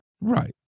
Right